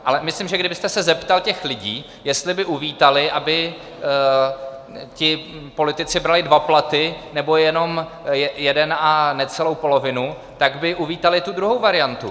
Ale myslím, že kdybyste se zeptal těch lidí, jestli by uvítali, aby ti politici brali dva platy, nebo jenom jeden a necelou polovinu, tak by uvítali tu druhou variantu.